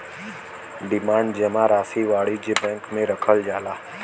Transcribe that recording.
demand जमा राशी वाणिज्य बैंक मे रखल जाला